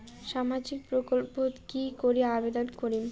সামাজিক প্রকল্পত কি করি আবেদন করিম?